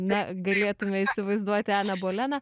na galėtume įsivaizduoti aną boleną